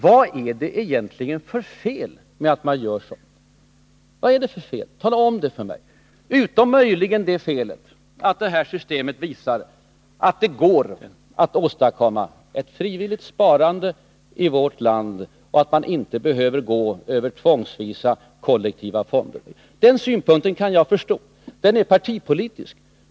Vad är det egentligen för fel med att man gör så? Tala om för mig vad det är för fel — utom möjligen det felet att det här systemet visar att det går att åstadkomma ett frivilligt sparande i vårt land och att man inte behöver gå vägen över tvångsvisa kollektiva fonder. Den synpunkten kan jag förstå. Den är partipolitisk.